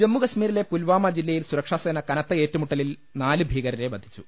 ജമ്മുകശ്മീരിലെ പുൽവാമ ജില്ലയിൽ സുരക്ഷാസേന കനത്ത ഏറ്റുമുട്ടലിൽ നാല് ഭീകരരെ വധിച്ചു